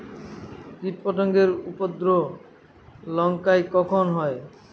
কীটপতেঙ্গর উপদ্রব লঙ্কায় কখন হয়?